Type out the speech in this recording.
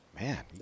Man